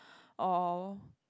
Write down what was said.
or